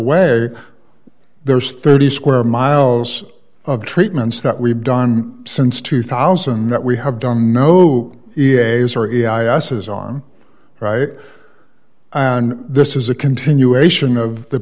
way there's thirty square miles of treatments that we've done since two thousand that we have done no e a a very i asses on right and this is a continuation of the